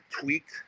tweaked